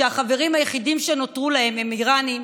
והחברים היחידים שנותרו להם הם איראנים,